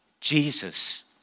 Jesus